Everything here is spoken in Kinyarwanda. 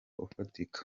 ufatika